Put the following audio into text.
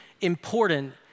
important